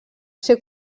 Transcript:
ser